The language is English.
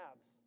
abs